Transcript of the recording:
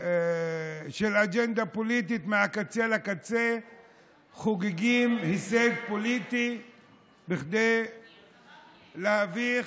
של אג'נדה פוליטית מהקצה לקצה חוגגים הישג פוליטי כדי להביך